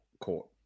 court